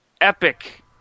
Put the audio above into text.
epic